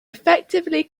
effectively